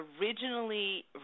originally